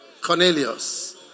Cornelius